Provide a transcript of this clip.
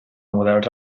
models